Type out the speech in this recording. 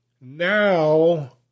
Now